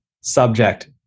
subject